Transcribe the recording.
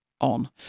on